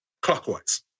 clockwise